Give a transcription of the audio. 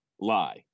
lie